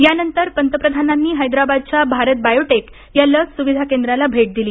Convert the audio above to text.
यानंतर पंतप्रधानांनी हैद्राबादच्या भारत बायोटेक या लस सुविधा केंद्राला भेट दिली